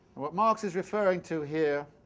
what marx is referring to here